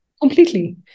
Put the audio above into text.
Completely